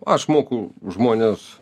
aš mokau žmones